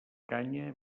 canya